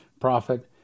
prophet